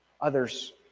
others